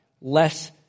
less